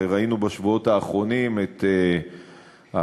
הרי ראינו בשבועות האחרונים את השוטרים